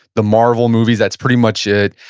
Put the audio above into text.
the marvel movies, that's pretty much it.